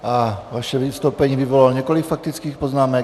A vaše vystoupení vyvolalo několik faktických poznámek.